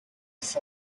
现今